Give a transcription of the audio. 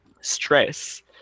stress